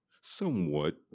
Somewhat